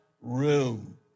room